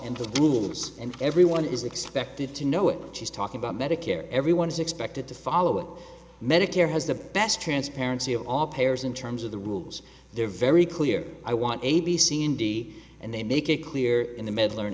the rules and everyone is expected to know what she's talking about medicare everyone is expected to follow medicare has the best transparency of all payers in terms of the rules they're very clear i want a b c indy and they make it clear in the med learn